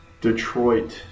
Detroit